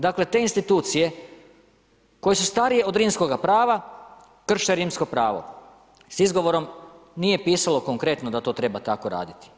Dakle, te institucije koje su starije od rimskoga prava krše rimsko pravo s izgovorom nije pisalo konkretno da to treba tako raditi.